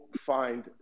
find